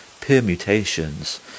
permutations